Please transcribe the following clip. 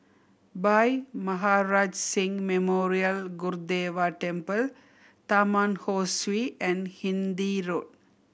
Bhai Maharaj Singh Memorial Gurdwara Temple Taman Ho Swee and Hindhede Road